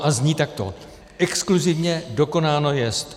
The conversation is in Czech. A zní takto: Exkluzivně dokonáno jest.